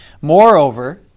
Moreover